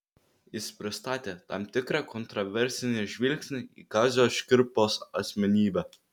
jis pristatė tam tikrą kontraversinį žvilgsnį į kazio škirpos asmenybę